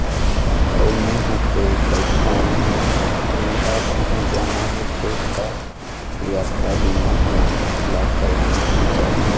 अऊ मेंहा तो कहिथँव दुरिहा कहूँ जाना होथे त यातरा बीमा हमन ला करवाना ही चाही